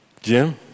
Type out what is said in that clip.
Jim